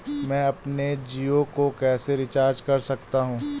मैं अपने जियो को कैसे रिचार्ज कर सकता हूँ?